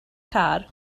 car